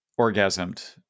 orgasmed